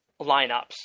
lineups